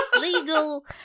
legal